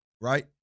right